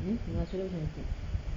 eh pengasuh dia pun cantik